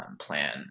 plan